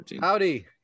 Howdy